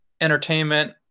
entertainment